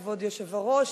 כבוד היושב-ראש,